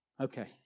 Okay